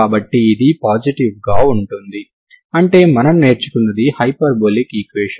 కాబట్టి 2f00 అవుతుంది దాని నుండి f00 అవుతుంది